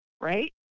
right